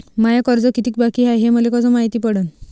माय कर्ज कितीक बाकी हाय, हे मले कस मायती पडन?